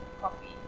coffee